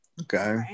Okay